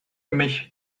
mich